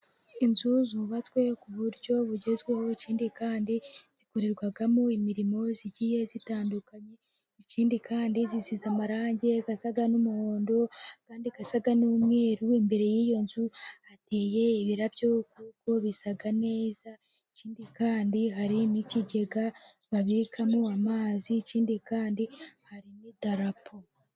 Inzu zubatswe ku buryo bugezweho, ikindi kandi zikorerwamo imirimo igiye itandukanye, ikindi kandi zisize amarangi asa n'umuhondo andi asa n'umweru, imbere y'iyo nzu hateye ibirabyo kuko bisa neza, ikindi kandi hari n'ikigega babikamo amazi, ikindi kandi hari n'i darapo.